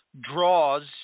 draws